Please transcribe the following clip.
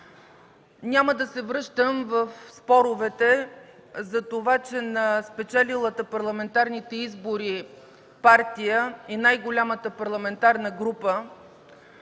Няма да се връщам в споровете за това, че на спечелилата парламентарните избори партия и най-голямата парламентарна група